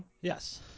Yes